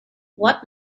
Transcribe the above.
what